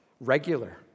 regular